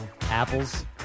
Apples